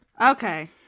okay